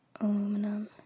Aluminum